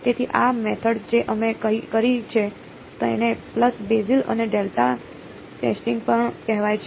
તેથી આ મેથડ જે અમે કરી છે તેને પલ્સ બેઝિસ અને ડેલ્ટા ટેસ્ટિંગ પણ કહેવાય છે